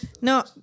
No